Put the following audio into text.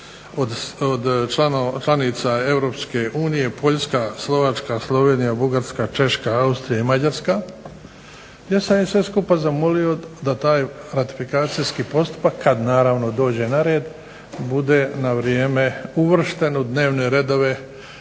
od članice EU POljska, Slovačka, Slovenija, Bugarska, Češka, Austrija i Mađarska ja sam ih sve skupa zamolio da taj ratifikacijski postupak kada naravno dođe na red bude na vrijeme uvršten u dnevne redove